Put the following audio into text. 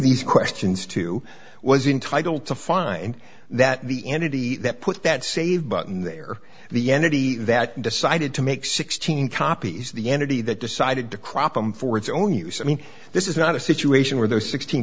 these questions to was entitle to find that the entity that put that save button there the entity that decided to make sixteen copies of the entity that decided to crop them for its own use i mean this is not a situation where those sixteen